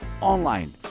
online